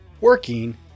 working